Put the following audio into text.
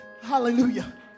hallelujah